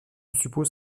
suppose